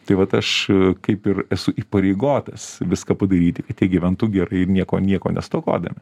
tai vat aš kaip ir esu įpareigotas viską padaryti kad jie gyventų gerai nieko nieko nestokodami